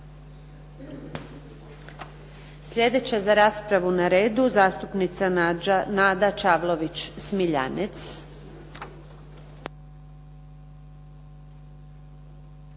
Sljedeća za raspravu na redu zastupnica Nada Čavlović Smiljanec.